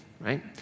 right